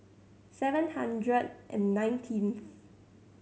seven hundred and nineteenth